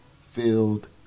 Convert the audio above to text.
filled